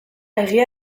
egia